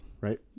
right